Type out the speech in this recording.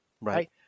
right